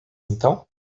então